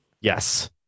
Yes